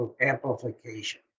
amplification